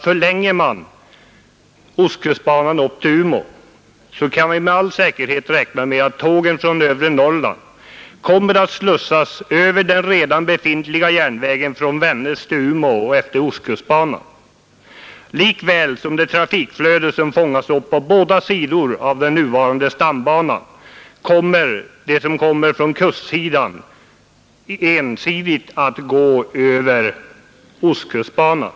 Förlänges ostkustbanan upp till Umeå kan man med all säkerhet räkna med att tågen från övre Norrland kommer att slussas över den redan befintliga järnvägen mellan Vännäs och Umeå och ned efter ostkustbanan. Det trafikflöde som fångas upp på båda sidor av den nuvarande stambanan kommer liksom trafikflödet från kustsidan ensidigt att gå över ostkustbanan.